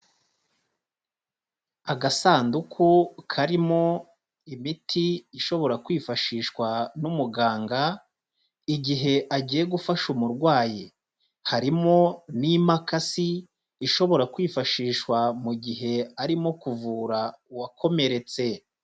Agasanduku karimo imiti ishobora kwifashishwa n'umuganga, igihe agiye gufasha umurwayi, harimo n'imakasi ishobora kwifashishwa mu gihe arimo kuvura uwakomeretse.